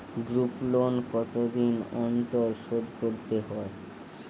Group loan কতদিন অন্তর শোধকরতে হয়?